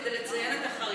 כדי לציין את החריגות.